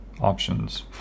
options